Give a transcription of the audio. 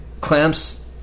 clamps